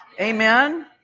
Amen